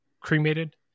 cremated